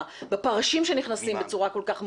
בפרשים שנכנסים בצורה כל כך מוקדמת,